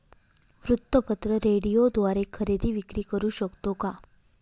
वृत्तपत्र, रेडिओद्वारे खरेदी विक्री करु शकतो का?